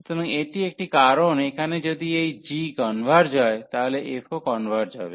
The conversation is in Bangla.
সুতরাং এটি একটি কারণ এখানে যদি এই g কনভার্জ হয় তাহলে f ও কনভার্জ হবে